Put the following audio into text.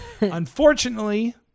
Unfortunately